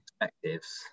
perspectives